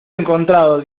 encontrado